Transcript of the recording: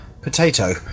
potato